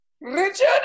Richard